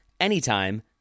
anytime